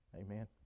Amen